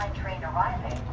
train arriving